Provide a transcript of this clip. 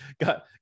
got